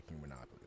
monopoly